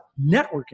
networking